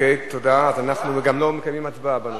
אנחנו גם לא מקיימים הצבעה בנושא.